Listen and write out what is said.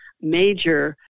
major